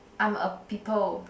I'm a people